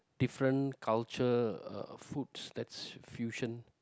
different culture uh foods that's fusion